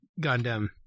gundam